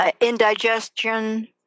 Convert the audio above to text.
indigestion